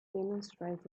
demonstrate